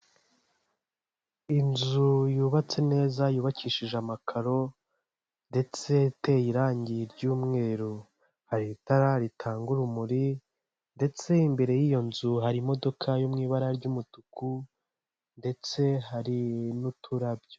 Inzu yubatse neza, yubakishije amakaro, ndetse iteye irangi ry'umweru. Hari itara ritanga urumuri, ndetse imbere y'iyo nzu hari imodoka yo mu ibara ry'umutuku, ndetse hari n'uturabyo.